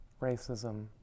racism